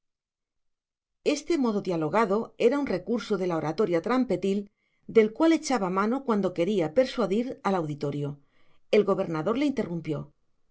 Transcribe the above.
este modo dialogado era un recurso de la oratoria trampetil del cual echaba mano cuando quería persuadir al auditorio el gobernador le interrumpió